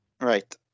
Right